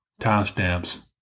timestamps